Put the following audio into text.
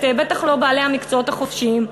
בטח לא את בעלי המקצועות החופשיים.